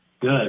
good